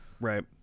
Right